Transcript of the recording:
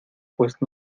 pues